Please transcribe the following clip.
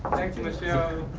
you michel.